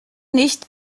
nicht